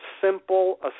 simple